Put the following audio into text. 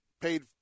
paid